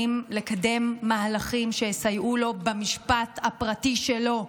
לקדם מהלכים שיסייעו לו במשפט הפרטי שלו.